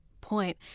point